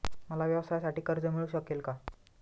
मला व्यवसायासाठी कर्ज मिळू शकेल का?